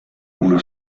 una